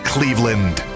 Cleveland